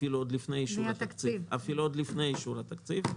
אפילו עוד לפני אישור התקציב.